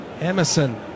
Emerson